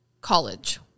college